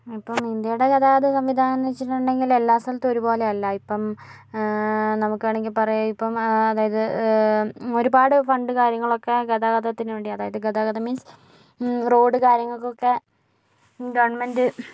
അപ്പം ഇന്ത്യയുടെ ഗതാഗത സംവിധാനം എന്ന് വെച്ചിട്ടുണ്ടെങ്കില് എല്ലാ സ്ഥലത്തും ഒരു പോലെ അല്ല ഇപ്പം നമുക്ക് വേണങ്കി പറയാം ഇപ്പോ അതായത് ഒരുപാട് ഫണ്ട് കാര്യങ്ങളൊക്കെ ഗതാഗതത്തിന് വേണ്ടി അതായത് ഗതാഗതം മീൻസ് റോഡ് കാര്യങ്ങൾക്കോക്കെ ഗവണ്മെന്റ്